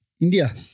India